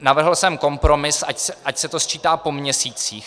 Navrhl jsem kompromis, ať se to sčítá po měsících.